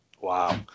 Wow